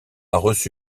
reçu